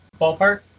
ballpark